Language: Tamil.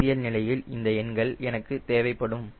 கருத்தியில் நிலையில் இந்த எண்கள் எனக்கு தேவைப்படும்